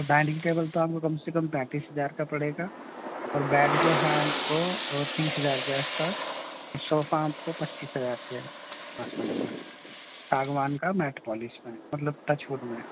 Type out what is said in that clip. dining table تو آپ کو کم سے کم پینتیس ہزار کا پڑے گا اور بیڈ جو ہے آپ کو تیس ہزار کے آس پاس صوفہ آپ کو پچیس ہزار کے آس پاس پڑے گا ساگوان کا میٹ پالش میں مطلب ٹچ وڈ میں